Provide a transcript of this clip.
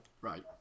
Right